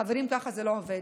חברים, ככה זה לא עובד.